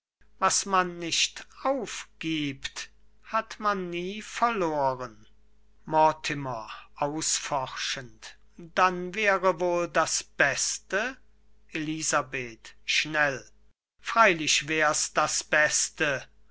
was man nicht aufgibt hat man nie verloren mortimer ausforschend dann wäre wohl das beste elisabeth schnell freilich wär's das beste